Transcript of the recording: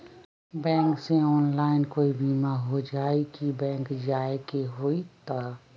Bank से online कोई बिमा हो जाई कि बैंक जाए के होई त?